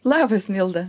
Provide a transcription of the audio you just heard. labas milda